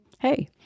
hey